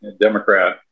Democrat